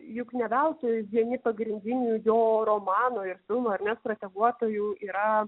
juk ne veltui vieni pagrindinių jo romano ir filmo ar ne strateguotojų yra